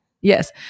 Yes